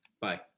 bye